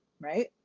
right